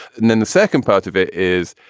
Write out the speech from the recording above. and then the second part of it is,